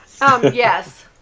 Yes